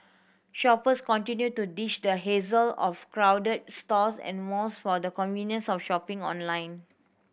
shoppers continue to ditch the hassle of crowded stores and malls for the convenience of shopping online